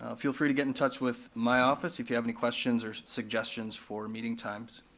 ah feel free to get in touch with my office if you have any questions or suggestions for meeting times.